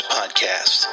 Podcast